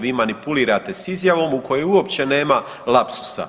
Vi manipulirate sa izjavom u kojoj uopće nema lapsusa.